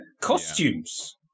Costumes